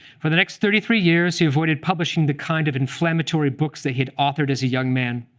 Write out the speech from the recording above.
for the next thirty three years, he avoided publishing the kind of inflammatory books that he'd authored as a young man.